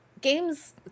games